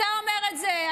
אתה אומר את זה,